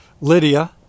Lydia